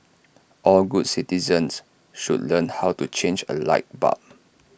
all good citizens should learn how to change A light bulb